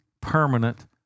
permanent